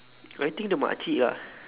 I think the mak cik lah